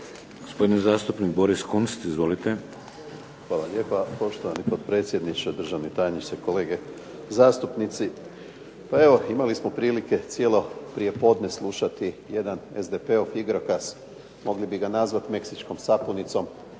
Gospodin zastupnik Boris Kunst, izvolite. **Kunst, Boris (HDZ)** Hvala lijepa poštovani potpredsjedniče, državni tajniče, kolege zastupnici. Pa evo imali smo prilike cijelo prijepodne slušati jedan SDP-ov igrokaz, mogli bi ga nazvati meksičkom sapunicom,